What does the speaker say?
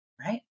right